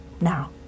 now